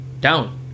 down